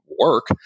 work